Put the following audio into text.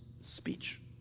speech